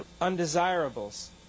undesirables